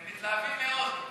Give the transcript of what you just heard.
הם מתלהבים מאוד.